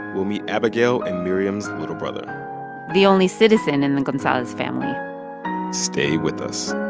we'll meet abigail and miriam's little brother the only citizen in the gonzalez family stay with us